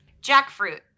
Jackfruit